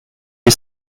les